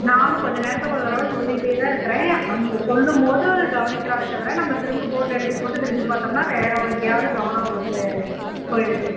நானும் கொஞ்சம் நேரத்துக்கு ஒரு தடவை சொல்லிக்கிட்டே தான் இருக்கிறேன் அங்கே சொல்லும்போது கவனிக்கிறாளே தவிர நம்ம திரும்ப போர்டில் எழுதி போட்டு திரும்பி பார்த்தோம்னா வேறு ஒரு எங்கேயாது கவனம் அவளுக்கு போய்விடுது